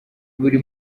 buri